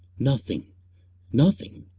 nothing nothing.